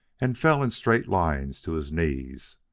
and fell in straight lines to his knees.